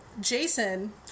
Jason